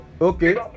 Okay